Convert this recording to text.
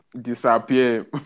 Disappear